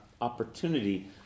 opportunity